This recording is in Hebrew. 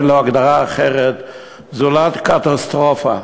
אין לו הגדרה אחרת זולת קטסטרופה.